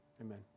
amen